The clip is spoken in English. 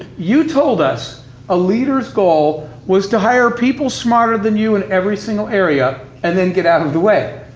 you told us a leader's goal was to hire people smarter than you in every single area, and then get out of the way.